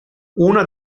una